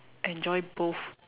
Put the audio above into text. enjoy both